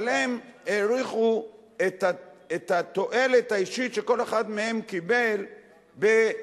אבל הם העריכו את התועלת האישית שכל אחד מהם קיבל ב-6,